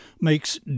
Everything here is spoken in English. makes